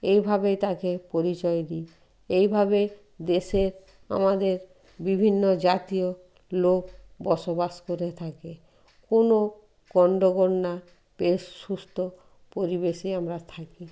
এইভাবে তাকে পরিচয় দিই এইভাবে দেশের আমাদের বিভিন্ন জাতীয় লোক বসবাস করে থাকে কোনো গন্ডগোল না বেশ সুস্থ পরিবেশে আমরা থাকি